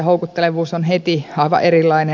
houkuttelevuus on heti aivan erilainen